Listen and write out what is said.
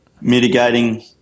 mitigating